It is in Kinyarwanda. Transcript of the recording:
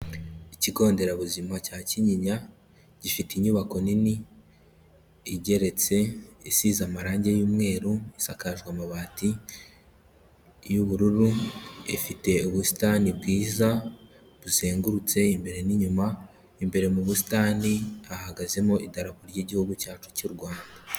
Ikigo nderabuzima cya Kinyinya gifite inyubako nini igeretse, isize amarangi y'umweru, isakajwe amabati y'ubururu, ifite ubusitani bwiza buzengurutse imbere n'inyuma, imbere mu busitani hahagazemo idarapo ry'Igihugu cyacu cy'u Rwanda.